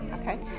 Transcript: Okay